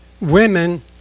women